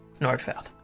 Nordfeld